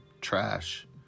Trash